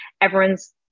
everyone's